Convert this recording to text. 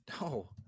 No